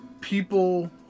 people